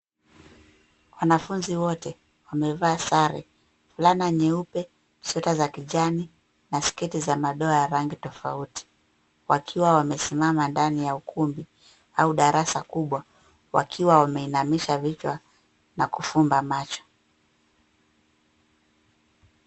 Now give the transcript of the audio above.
Wanafunzi wote wamevaa sare. Fulana nyeupe, sweta za kijani na sketi za madoa ya rangi tofauti wakiwa wamesimama ndani ya ukumbi au darasa kubwa wakiwa wameinamisha vichwa na kufumba macho.